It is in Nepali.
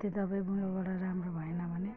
त्यो दबाईमुलोबाट राम्रो भएन भने